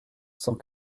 cent